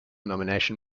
nomination